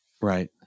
Right